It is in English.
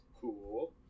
Cool